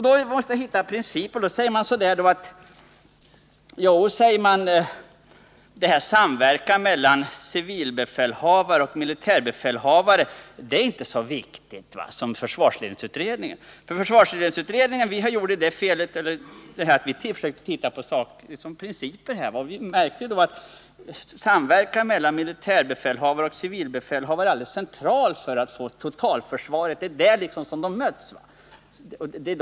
Då måste man hitta principer, och därför säger man att samverkan mellan civilbefälhavare och militärbefälhavare inte är så viktig som försvarsledningsutredningen vill göra gällande. Försvarsledningsutredningen sökte titta på frågan rent principiellt. Vi kom fram till att samverkan mellan militärbefälhavare och civilbefälhavare var av central betydelse för totalförsvaret. Det är där som alla funktioner möts.